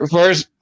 First